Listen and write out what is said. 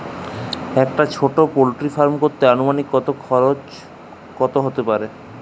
একটা ছোটো poultry farm করতে আনুমানিক কত খরচ কত হতে পারে?